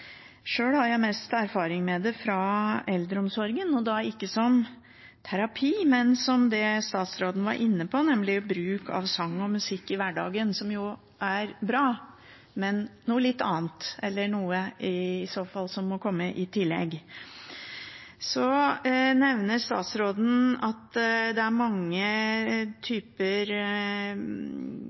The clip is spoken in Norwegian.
Sjøl har jeg mest erfaring med det fra eldreomsorgen, og da ikke som terapi, men som det statsråden var inne på, nemlig bruk av sang og musikk i hverdagen. Det er bra, men noe litt annet, eller noe som i så fall må komme i tillegg. Statsråden nevner at det er mange typer